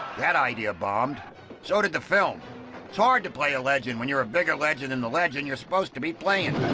that idea bombed so did the film. it's hard to play a legend when you are a bigger legend than and the legend you're supposed to be playing.